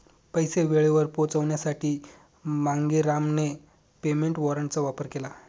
पैसे वेळेवर पोहोचवण्यासाठी मांगेरामने पेमेंट वॉरंटचा वापर केला